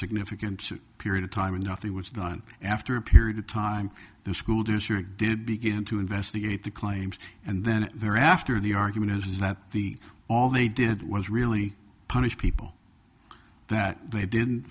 significant period of time and nothing was done after a period of time the school district did begin to investigate the claims and then there after the argument is that the all they did was really punish people that they didn't